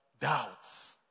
doubts